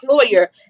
employer